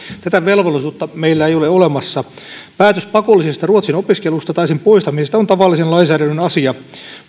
tätä velvollisuutta meillä ei ole olemassa päätös pakollisesta ruotsin opiskelusta tai sen poistamisesta on tavallisen lainsäädännön asia